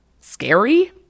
scary